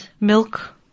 milk